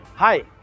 Hi